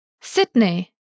Sydney